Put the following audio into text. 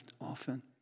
often